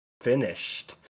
finished